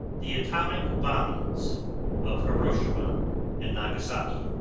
the atomic bombings of hiroshima and nagasaki